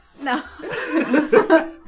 No